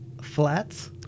flats